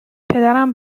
پدرم